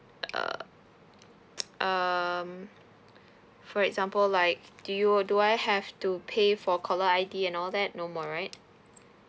err um for example like do you do I have to pay for caller I_D and all that no more right